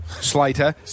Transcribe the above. Slater